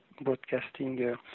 broadcasting